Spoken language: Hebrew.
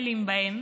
ממנו, מתעללים בהם,